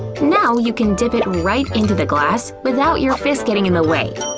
now you can dip it right into the glass without your fist getting in the way!